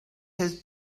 his